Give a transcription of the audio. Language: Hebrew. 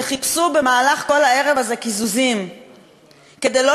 שחיפשו במהלך כל הערב הזה קיזוזים כדי לא